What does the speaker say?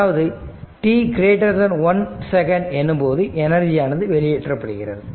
அதாவது t1 second எனும்போது எனர்ஜியானது வெளியேற்றப்படுகிறது